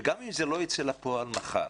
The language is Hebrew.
וגם אם זה לא יצא לפועל מחר,